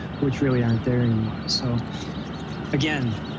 which really aren't there anymore. so again,